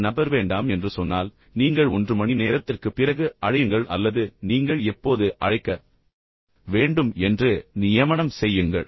அந்த நபர் வேண்டாம் என்று சொன்னால் நீங்கள் 1 மணி நேரத்திற்குப் பிறகு அழைக்க முடியுமா என்றால் நீங்கள் 1 மணி நேரத்திற்குப் பிறகு அழையுங்கள் அல்லது நீங்கள் எப்போது அழைக்க வேண்டும் என்று நியமனம் செய்யுங்கள்